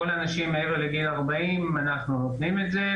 לכל הנשים מעבר לגיל 40 אנחנו נותנים את זה,